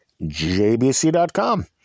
JBC.com